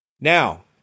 Now